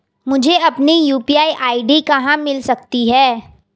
मुझे अपनी UPI ID कहां मिल सकती है?